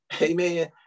Amen